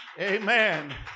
amen